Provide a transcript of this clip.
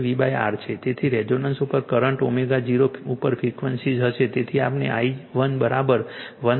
તેથી રેઝોનન્સ ઉપર કરંટ ω0 ઉપર ફ્રિક્વન્સી હશે તેથી આપણે I1 1√ 2 લખી શકીએ છીએ